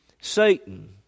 Satan